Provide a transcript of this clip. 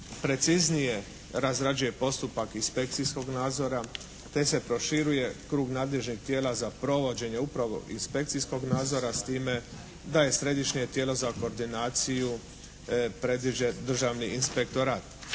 preciznije izrađuje postupak inspekcijskog nadzora te se proširuje krug nadležnih tijela za provođenje upravo inspekcijskog nadzora, s time da je središnje tijelo za koordinaciju predviđa Državni inspektorat.